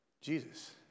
Jesus